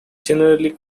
generally